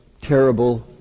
terrible